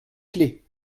clé